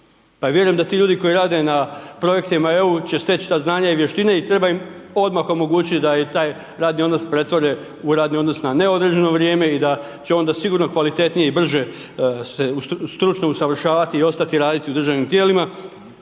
Ali vjerujem da ti ljudi koji rade na projektima EU će steć ta znanja i vještine i treba im odmah omogućiti da i taj radni odnos pretvore u radni odnos na neodređeno vrijeme i da će onda sigurno kvalitetnije i brže se stručno usavršavati i ostati raditi u državnim tijelima,